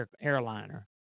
airliner